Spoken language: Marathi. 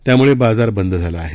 त्यामुळे बाजार बंद झाला आहे